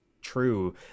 true